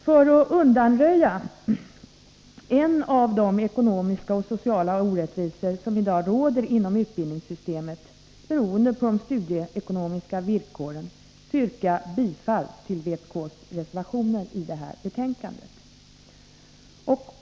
För att undanröja en del av de ekonomiska och sociala orättvisor som i dag råder inom utbildningssystemet, beroende på de studieekonomiska villkoren, yrkar jag bifall till vpk:s reservationer i detta betänkande.